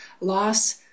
loss